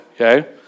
okay